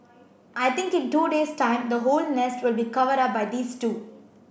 I think in two days time the whole nest will be covered up by these two